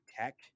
tech